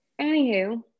Anywho